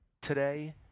today